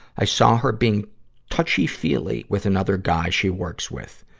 i saw her being touchy-feely with another guy she works with.